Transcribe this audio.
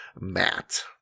Matt